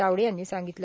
तावडे यांनी सांगितलं